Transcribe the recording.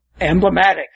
emblematic